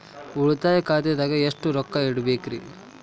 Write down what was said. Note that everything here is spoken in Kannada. ಉಳಿತಾಯ ಖಾತೆದಾಗ ಎಷ್ಟ ರೊಕ್ಕ ಇಡಬೇಕ್ರಿ?